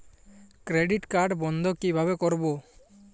Credit card বন্ধ কিভাবে করবো?